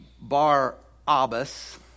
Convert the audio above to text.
Bar-Abbas